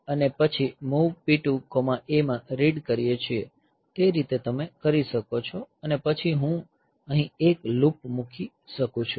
P1 આપણે A અને પછી MOV P2A માં રીડ કરીએ છીએ તે રીતે તમે કરી શકો છો અને પછી હું અહીં એક લૂપ મૂકી શકું છું